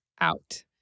out